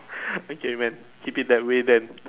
okay man keep it that way then